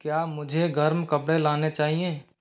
क्या मुझे गर्म कपड़े लाने चाहिए